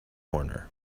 corner